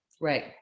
Right